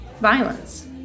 violence